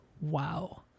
Wow